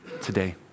today